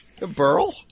Burl